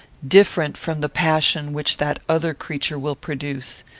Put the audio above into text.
different from the passion which that other creature will produce.